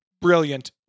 brilliant